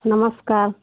नमस्कार